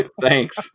Thanks